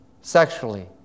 sexually